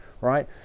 right